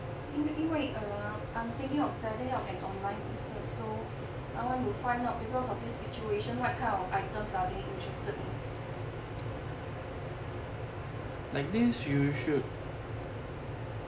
因为因为 err I am thinking of setting up an online business so I want to find out because of this situation what kind of items are they interested in